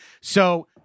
so-